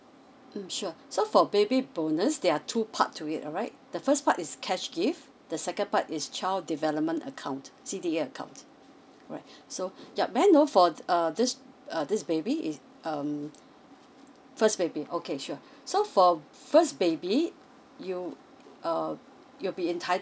mm sure so for baby bonus there are two part to it alright the first part is cash gift the second part is child development account C_D_A account alright so yup may I know for err this err this baby is um first baby okay sure so for first baby you err you'll be entitled